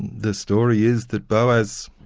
the story is that boas,